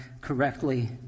correctly